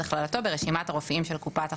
הכללתו ברשימת הרופאים של קופת החולים.